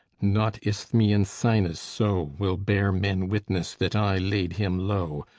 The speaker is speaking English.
not isthmian sinis so will bear men witness that i laid him low,